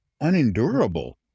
unendurable